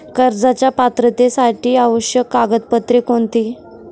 कर्जाच्या पात्रतेसाठी आवश्यक कागदपत्रे कोणती?